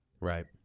Right